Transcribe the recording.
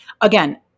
Again